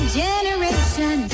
generation